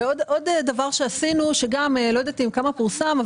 עוד דבר שעשינו ואני לא יודעת כמה פורסם.